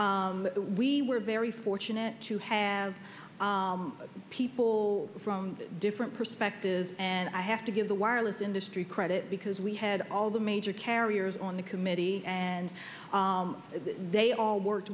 case we were very fortunate to have people from different perspectives and i have to give the wireless industry credit because we had all the major carriers on the committee and they all work